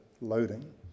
loading